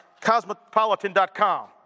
cosmopolitan.com